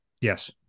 yes